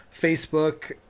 Facebook